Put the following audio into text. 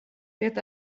det